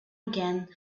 again